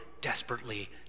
desperately